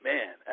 Man